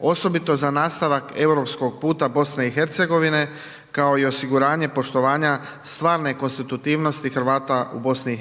osobito za nastavak europskog puta BiH kao i osiguranje poštovanja stvarne konstitutivnosti Hrvata u BiH.